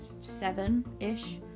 seven-ish